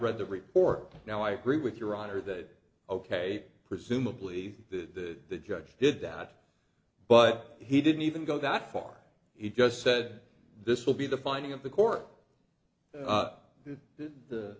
read the report now i agree with your honor that ok presumably the the judge did that but he didn't even go that far he just said this will be the finding of the court that the